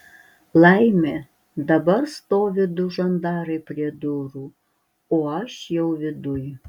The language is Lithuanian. laimė dabar stovi du žandarai prie durų o aš jau viduj